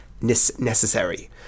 necessary